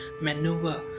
maneuver